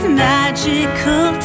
magical